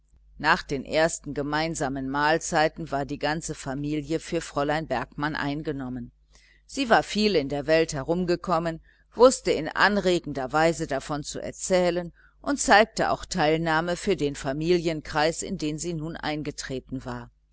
nach den ersten gemeinsamen mahlzeiten war die ganze familie für fräulein bergmann eingenommen sie war viel in der welt herumgekommen wußte in anregender weise davon zu erzählen und interessierte sich doch auch für den familienkreis in den sie nun eingetreten war